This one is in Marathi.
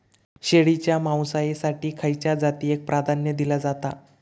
शेळीच्या मांसाएसाठी खयच्या जातीएक प्राधान्य दिला जाता?